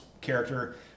character